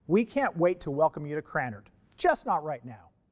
we can't wait to welcome you to krannert, just not right now.